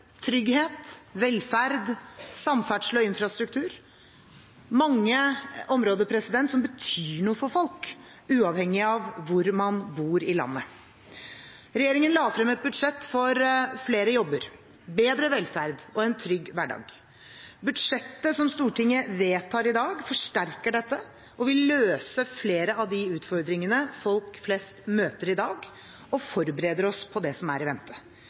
trygghet, velferd, samferdsel og infrastruktur – mange områder som betyr noe for folk, uavhengig av hvor man bor i landet. Regjeringen la frem et budsjett for flere jobber, bedre velferd og en trygg hverdag. Budsjettet som Stortinget vedtar i dag, forsterker dette og vil løse flere av de utfordringene folk flest møter i dag, og forbereder oss på det som er i vente.